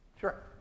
Sure